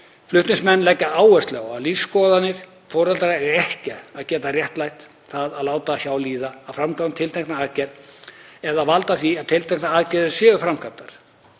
Flutningsmenn leggja áherslu á að lífsskoðanir foreldra eigi ekki að geta réttlætt það að láta hjá líða að framkvæma tiltekna aðgerð eða valda því að tilteknar aðgerðir séu framkvæmdar.